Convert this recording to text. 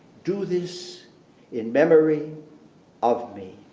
do this in memory of me.